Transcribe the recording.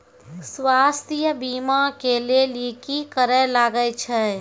स्वास्थ्य बीमा के लेली की करे लागे छै?